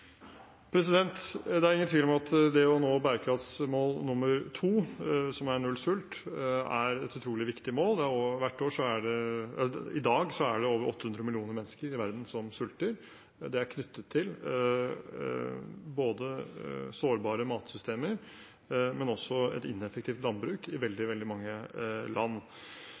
Det er ingen tvil om at det å nå bærekraftsmål nr. 2, som er null sult, er et utrolig viktig mål. I dag er det over 800 millioner mennesker i verden som sulter. Det er knyttet til både sårbare matsystemer og et ineffektivt landbruk i veldig mange land.